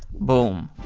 boom!